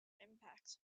impact